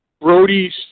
Brody's